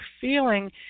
feeling